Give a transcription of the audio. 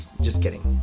just kidding.